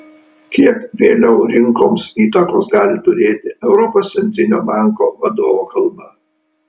kiek vėliau rinkoms įtakos gali turėti europos centrinio banko vadovo kalba